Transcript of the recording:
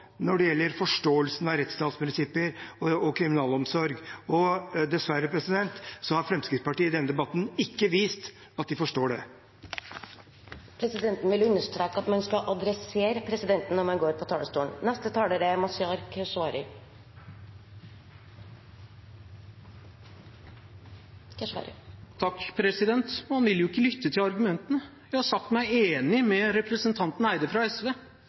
når det gjelder forståelsen av rettsstatsprinsipper og kriminalomsorg. Dessverre har Fremskrittspartiet i denne debatten ikke vist at de forstår det. Man vil jo ikke lytte til argumentene. Jeg har sagt meg enig med representanten Eide fra SV.